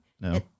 No